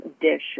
dish